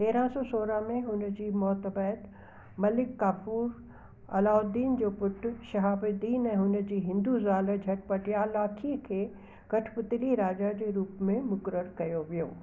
तेरहं सौ सोरहं में हुन जी मौतु बैदि मलिक काफूर अलाउद्दीन जे पुटु शिहाबुद्दीन ऐं हुन जी हिंदू ज़ाल झट्यपाली खे कठपुतली राजा जे रूप में मुकररु कयो वियो